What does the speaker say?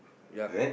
yup